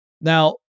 Now